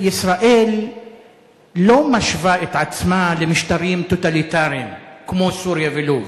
ישראל לא משווה את עצמה למשטרים טוטליטריים כמו סוריה ולוב.